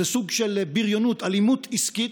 זה סוג של בריונות, אלימות עסקית,